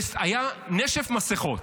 היה נשף מסכות.